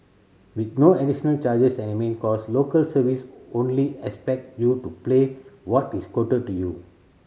with no additional charges and admin cost Local Service only expect you to pay what is quoted to you